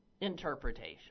interpretation